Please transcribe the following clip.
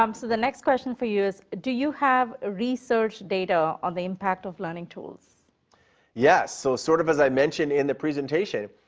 um so the next question for you is do you have research data on the impact of learning tools? mike yes, so sort of as i mentioned in the presentation,